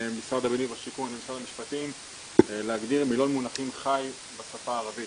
משרד הבינוי והשיכון ומשרד המשפטים להגדיר מילון מונחים חי בשפה הערבית.